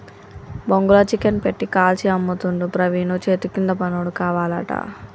బొంగుల చికెన్ పెట్టి కాల్చి అమ్ముతుండు ప్రవీణు చేతికింద పనోడు కావాలట